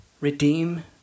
redeem